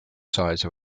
size